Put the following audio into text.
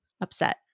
upset